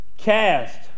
Cast